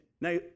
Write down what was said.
Now